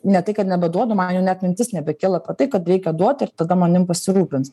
ne tai kad nebeduodu man jau net mintis nebekilo tai kad reikia duot ir tada manim pasirūpins